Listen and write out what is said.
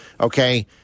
Okay